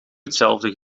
hetzelfde